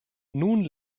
nun